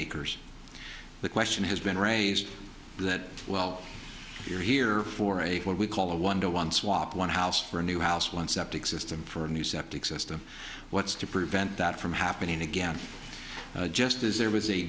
acres the question has been raised that well you're here for a what we call a one day one swap one house for a new house one septic system for a new septic system what's to prevent that from happening again just as there was a